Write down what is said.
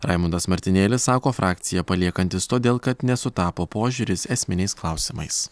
raimundas martinėlis sako frakciją paliekantis todėl kad nesutapo požiūris esminiais klausimais